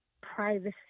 privacy